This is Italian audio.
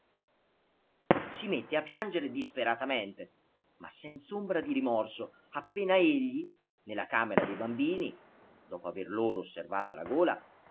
si mette a piangere disperatamente ma senz'ombra di rimorso appena egli nella camera dei bambini dopo aver loro osservata la gola